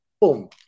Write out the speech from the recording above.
boom